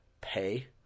pay